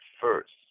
first